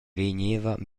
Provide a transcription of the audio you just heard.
vegneva